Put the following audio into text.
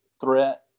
threat